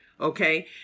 okay